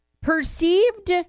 perceived